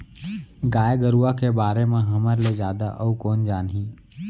गाय गरूवा के बारे म हमर ले जादा अउ कोन जानही